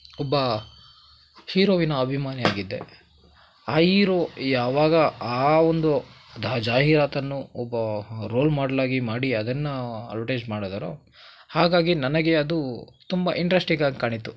ಒಬ್ಬ ಹೀರೋವಿನ ಅಭಿಮಾನಿ ಆಗಿದ್ದೆ ಆ ಈರೋ ಯಾವಾಗ ಆ ಒಂದು ದಾ ಜಾಹೀರಾತನ್ನು ಒಬ್ಬ ರೋಲ್ ಮೋಡ್ಲಾಗಿ ಮಾಡಿ ಅದನ್ನು ಅಡೊಟೇಜ್ ಮಾಡಿದ್ರೊ ಹಾಗಾಗಿ ನನಗೆ ಅದು ತುಂಬ ಇಂಟ್ರೆಸ್ಟಿಂಗಾಗಿ ಕಾಣಿತು